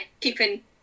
keeping